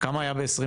כמה היה ב-2021?